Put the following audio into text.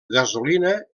gasolina